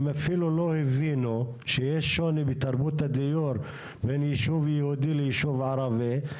הם אפילו לא הבינו שיש שוני בתרבות הדיון בין ישוב יהודי ליישוב ערבי.